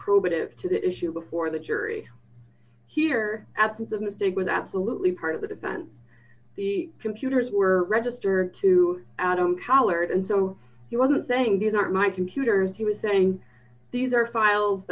probative to the issue before the jury here absence of mistake was absolutely part of the defense the computers were registered to adam howard and so he wasn't saying these are my computers he was saying these are